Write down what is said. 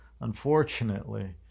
unfortunately